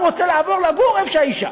אני קובע שההצעות לסדר-היום: